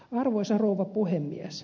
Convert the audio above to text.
arvoisa rouva puhemies